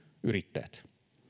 yrittäjät